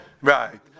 Right